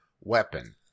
weapon